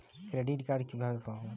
Credit card কিভাবে পাব?